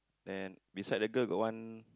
and beside the girl got one